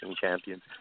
champions